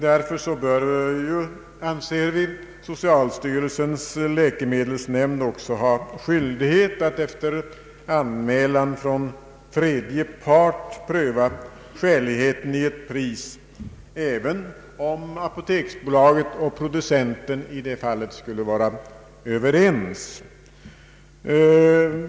Därför bör, anser vi, socialstyrelsens läkemedelsnämnd också ha skyldighet att efter anmälan från tredje part pröva skäligheten i ett pris, även om apoteksbolaget och producenten i det fallet skulle vara överens.